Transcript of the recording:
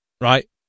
right